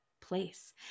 place